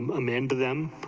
um meant to them,